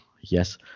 Yes